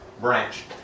branch